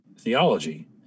theology